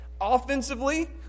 Offensively